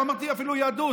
לא אמרתי אפילו יהדות.